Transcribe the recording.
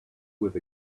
with